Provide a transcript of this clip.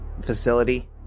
facility